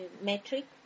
metric